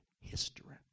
history